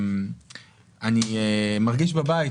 כאן אני מרגיש בבית.